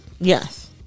Yes